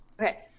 Okay